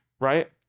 right